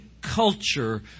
culture